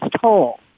toll